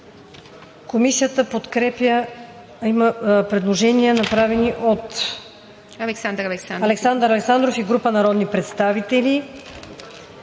Има предложение, направено от Александър Александров и група народни представители.